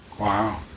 Wow